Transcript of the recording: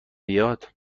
بیاد